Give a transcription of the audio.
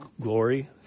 glory